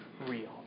real